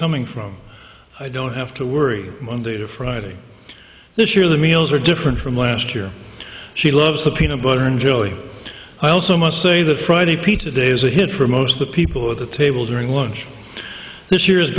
coming from i don't have to worry monday or friday this year the meals are different from last year she loves the peanut butter and jelly i also must say that friday pizza day is a hit for most of the people at the table during lunch this year is